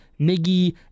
Miggy